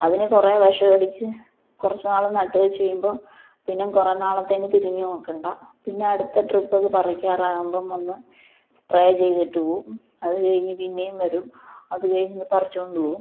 അതിനു കുറേ വിഷമടിച്ച് കുറച്ചു നാള് നട്ടുവച്ചുകഴിയുമ്പോള് പിന്നെയും കുറേനാളെത്തേനു തിരിഞ്ഞുനോക്കേണ്ട പിന്നെ അടുത്ത ട്രിപ്പ് അത് പറിക്കാറകുമ്പോള് വന്ന് സ്പ്രേ ചെയ്തിട്ടു പോവും അതുകഴിഞ്ഞു പിന്നെയും വരും അതുകഴിഞതു പറിച്ചുകൊണ്ടുപോവും